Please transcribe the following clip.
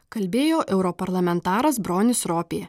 kalbėjo europarlamentaras bronis ropė